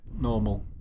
normal